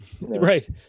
Right